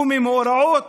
וממאורעות